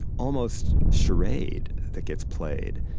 almost charade that gets played.